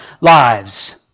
lives